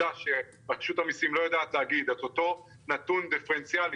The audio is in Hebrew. העובדה שרשות המיסים לא יודעת להגיד את אותו נתון דיפרנציאלי